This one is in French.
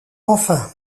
enfin